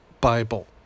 Bible